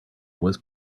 was